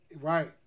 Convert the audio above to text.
right